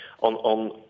on